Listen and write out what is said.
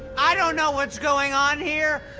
i don't know what's going on here,